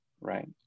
Right